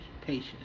patience